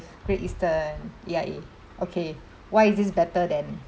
great eastern A_I_A okay why is this better than